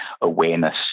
awareness